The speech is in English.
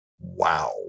Wow